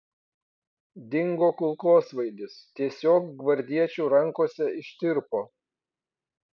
dingo kulkosvaidis tiesiog gvardiečių rankose ištirpo